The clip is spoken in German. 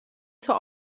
zur